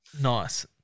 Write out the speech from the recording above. Nice